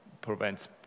prevents